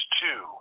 two